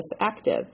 active